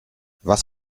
was